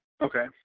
Okay